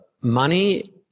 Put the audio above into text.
money